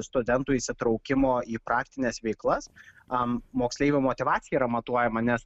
studentų įsitraukimo į praktines veiklas moksleivių motyvacija yra matuojama nes